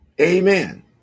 Amen